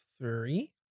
Three